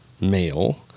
male